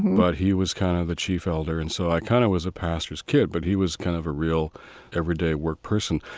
but he was kind of a chief elder. and so i kind of was a pastor's kid, but he was kind of a real everyday work person.